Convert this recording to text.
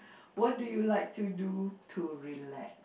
what do you like to do to relax